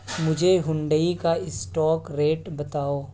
مجھے ہنڈئی کا stock rate بتاؤ